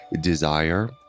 desire